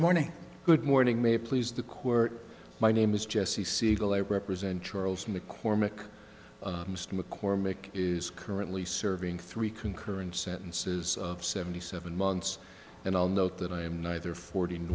that morning good morning may please the court my name is jesse segal i represent charles mccormick mccormick is currently serving three concurrent sentences of seventy seven months and i'll note that i am neither forty n